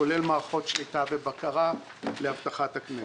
כולל מערכות שליטה ובקרה לאבטחת הכנסת.